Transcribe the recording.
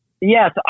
yes